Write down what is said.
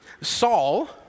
Saul